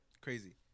Crazy